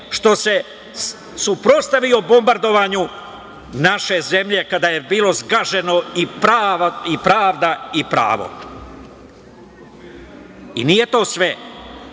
što se suprotstavio bombardovanju naše zemlje kada je bilo zgažena i pravda i pravo. Nije to sve.